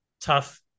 Tough